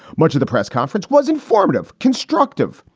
much of the press conference was informative, constructive,